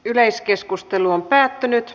yleiskeskustelu päättyi